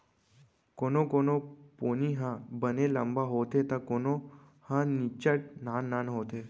कोनो कोनो पोनी ह बने लंबा होथे त कोनो ह निच्चट नान नान होथे